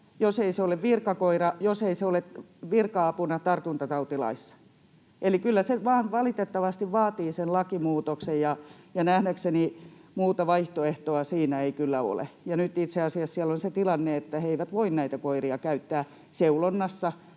jos ei se ole virkakoira, jos ei se ole virka-apuna tartuntatautilaissa. Eli kyllä se vain valitettavasti vaatii sen lakimuutoksen, ja nähdäkseni muuta vaihtoehtoa siinä ei kyllä ole. Nyt itse asiassa siellä on se tilanne, että he eivät voi näitä koiria käyttää seulonnassa